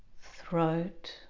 throat